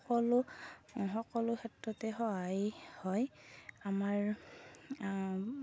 সকলো সকলো ক্ষেত্ৰতে সহায় হয় আমাৰ